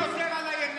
אל תדברו יותר על הימין.